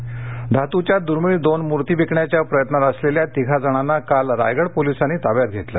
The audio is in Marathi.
मुर्ती धातूच्या दुर्मिळ दोन मूर्ती विकण्याच्या प्रयत्नात असलेल्या तिघा जणांना काल रायगड पोलिसांनी ताब्यात घेतलं